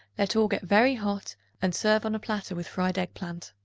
let all get very hot and serve on a platter with fried egg-plant.